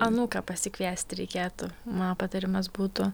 anūką pasikviesti reikėtų mano patarimas būtų